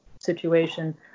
situation